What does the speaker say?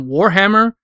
Warhammer